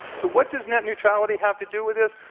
so, what does net neutrality have to do with this?